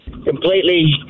Completely